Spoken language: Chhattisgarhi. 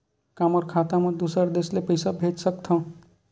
का मोर खाता म दूसरा देश ले पईसा भेज सकथव?